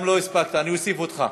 לא הספקת, אני אוסיף אותך.